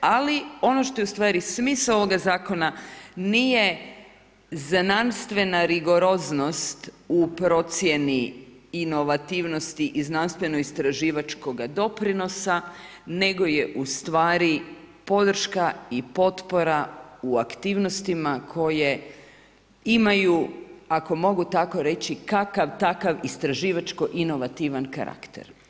Ali, ono što je u stvari smisao ovoga zakona, nije znanstvena rigoroznost u procijeni inovativnosti i znanstveno istraživačkoga doprinosa, nego je ustvari potpora u aktivnostima koje imaju, ako mogu tako reći, kakav takav istraživački inovativan karakter.